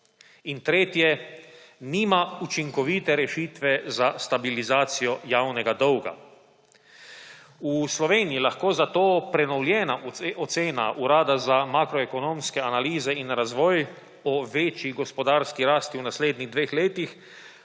Tretje. Nima učinkovite rešitve za stabilizacijo javnega dolga. V Sloveniji lahko zato prenovljena ocena Urada za makroekonomske analize in razvoj o večji gospodarski rasti v naslednjih dveh letih